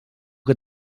que